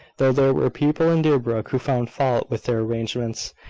though there were people in deerbrook who found fault with their arrangements,